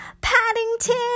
Paddington